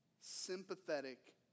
sympathetic